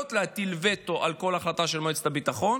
מסוגלות להטיל וטו על כל החלטה של מועצת הביטחון.